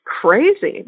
Crazy